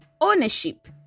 ownership